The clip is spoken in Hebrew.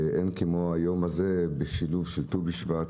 ואין כמו היום הזה בשילוב של ט"ו בשבט,